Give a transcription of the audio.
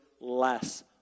less